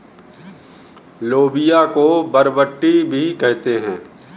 लोबिया को बरबट्टी भी कहते हैं